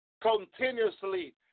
continuously